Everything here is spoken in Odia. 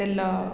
ତେଲ